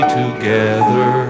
together